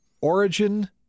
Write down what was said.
Origin